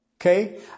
Okay